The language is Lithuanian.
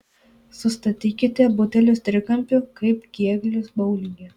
sustatykite butelius trikampiu kaip kėglius boulinge